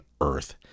Earth